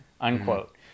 unquote